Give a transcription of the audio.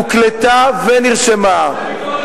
הוקלטה ונרשמה.